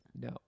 no